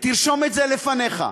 ותרשום את זה לפניך,